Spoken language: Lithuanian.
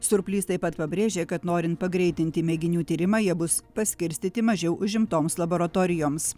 surplys taip pat pabrėžė kad norint pagreitinti mėginių tyrimą jie bus paskirstyti mažiau užimtoms laboratorijoms